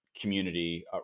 community